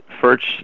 first